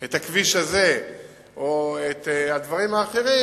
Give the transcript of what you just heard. את הכביש הזה או את הדברים האחרים,